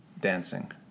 dancing